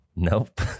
Nope